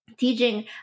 Teaching